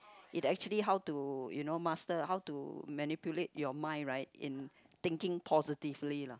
it actually how to you know master how to manipulate your mind right into thinking positively lah